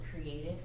created